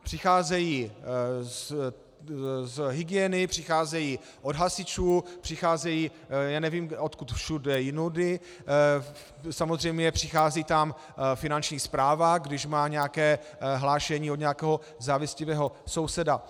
Přicházejí z hygieny, přicházejí od hasičů, přicházejí nevím odkud všude jinudy, samozřejmě přichází tam finanční správa, když má nějaké hlášení od nějakého závistivého souseda.